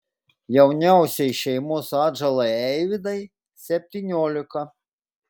jauniausiai šeimos atžalai eivydai septyniolika